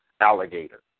alligator